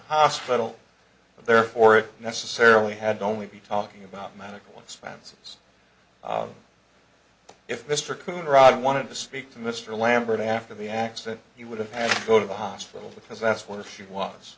hospital therefore it necessarily had only be talking about medical expenses if mr coonrod wanted to speak to mr lambert after the accident he would have to go to the hospital because that's where she